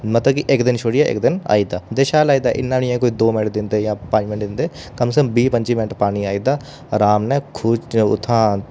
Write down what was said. मतलब कि इक दिन छोड़िये इक दिन आई जंदा ते शैल आई दा इन्ना निं से कि कोई दो मिंट दिंदे जां पंज मिंट दिंदे कम से कम बीह् पंजी मिट पानी आई दा आराम ने खुह् च उत्थां